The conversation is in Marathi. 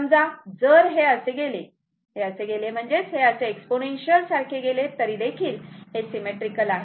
समजा जर हे असे गेले हे असे गेले म्हणजेच हे असे एक्सपोनेन्शियल सारखे गेले तरी देखील हे सिमेट्रीकल आहे